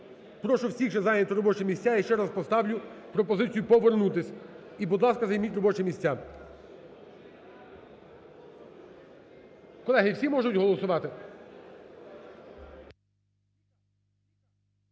Прошу всіх ще зайняти робочі місця, я ще раз поставлю пропозицію повернутись і, будь ласка, займіть робочі місця. Колеги, всі можуть голосувати?